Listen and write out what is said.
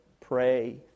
pray